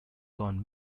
gone